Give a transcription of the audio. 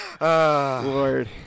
Lord